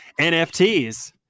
NFTs